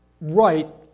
right